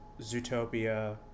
Zootopia